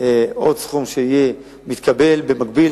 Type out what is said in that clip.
עוד סכום שיתקבל במקביל,